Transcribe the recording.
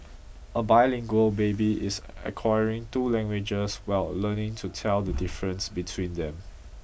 a bilingual baby is acquiring two languages while learning to tell the difference between them